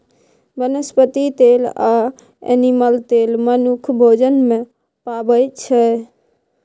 बनस्पति तेल आ एनिमल तेल मनुख भोजन मे पाबै छै